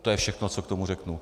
To je všechno, co k tomu řeknu.